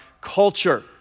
culture